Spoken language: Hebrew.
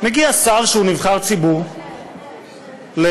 מגיע שר, שהוא נבחר ציבור, למשרדו,